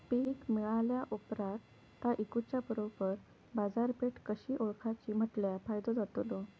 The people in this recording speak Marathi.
पीक मिळाल्या ऑप्रात ता इकुच्या बरोबर बाजारपेठ कशी ओळखाची म्हटल्या फायदो जातलो?